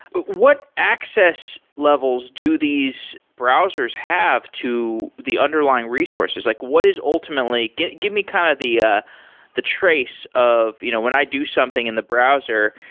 but what access levels do these browsers have to the underlying resource? like what is ultimately give give me kind of the ah the trace of you know when i do something in the browser,